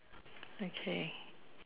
okay